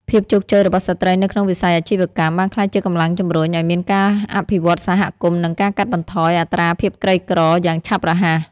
ភាពជោគជ័យរបស់ស្ត្រីនៅក្នុងវិស័យអាជីវកម្ម បានក្លាយជាកម្លាំងជំរុញឱ្យមានការអភិវឌ្ឍសហគមន៍ និងការកាត់បន្ថយអត្រាភាពក្រីក្រយ៉ាងឆាប់រហ័ស។